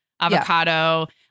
avocado